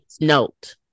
Note